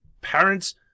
parents